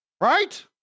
Right